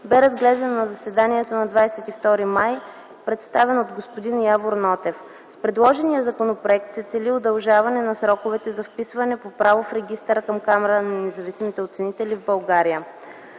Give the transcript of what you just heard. бе разгледан на заседанието на 22 май 2010 г. и представен от господин Явор Нотев. С предложения законопроект се цели удължаване на сроковете за вписване по право в регистъра към Камарата на независимите оценители в България.